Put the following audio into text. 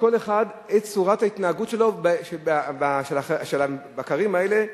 בכל אחד את צורת ההתנהגות של הבקרים האלה לאנשים,